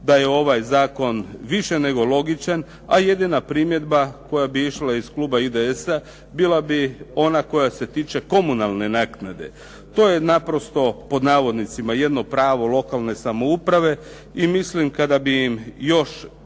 da je ovaj zakon više nego logičan a jedina primjedba koja bi išla iz kluba IDS-a bila bi ona koja se tiče komunalne naknade. To je naprosto "jedno pravo lokalne samouprave" i mislim kada bi im još